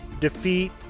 defeat